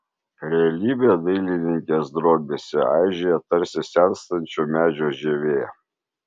realybė dailininkės drobėse aižėja tarsi senstančio medžio žievė